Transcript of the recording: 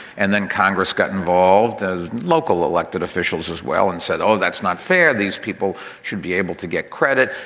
and then congress got involved as local elected officials as well and said, oh, that's not fair. these people should be able to get credit.